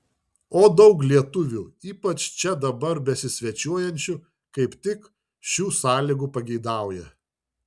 o daug lietuvių ypač čia dabar besisvečiuojančių kaip tik šių sąlygų pageidauja